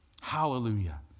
Hallelujah